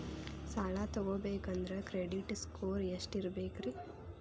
ಸಾಲ ತಗೋಬೇಕಂದ್ರ credit score ಎಷ್ಟ ಇರಬೇಕ್ರಿ?